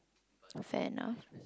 fair enough